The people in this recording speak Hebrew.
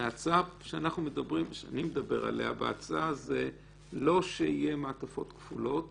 וההצעה שאני מדבר עליה זה לא שיהיו מעטפות כפולות